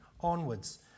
onwards